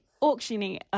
auctioning